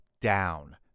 down